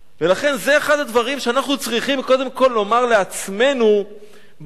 זה אחד הדברים שאנחנו צריכים קודם כול לומר לעצמנו במישור הזה.